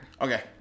Okay